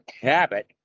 habit